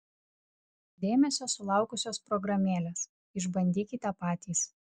dėmesio sulaukusios programėlės išbandykite patys